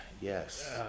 yes